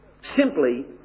Simply